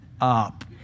up